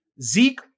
Zeke